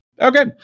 okay